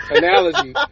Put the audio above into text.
analogy